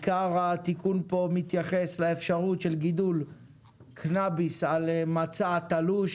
עיקר התיקון פה מתייחס לאפשרות של גידול קנביס על מצע תלוש,